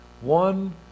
one